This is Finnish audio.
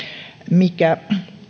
mikä